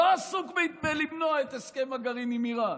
הוא לא עסוק בלמנוע את הסכם הגרעין עם איראן,